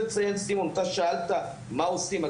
סימון, שאלת: מה עושים.